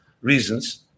reasons